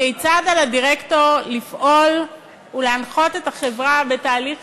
כיצד על הדירקטור לפעול ולהנחות את החברה בתהליך